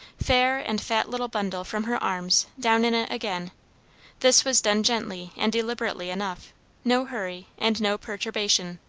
fair and fat little bundle from her arms down in it again this was done gently and deliberately enough no hurry and no perturbation.